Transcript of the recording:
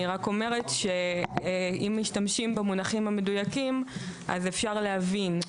אני רק אומרת שאם משתמשים במונחים המדויקים אפשר להבין.